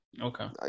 Okay